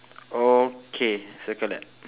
okay circle that